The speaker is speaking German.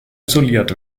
isoliert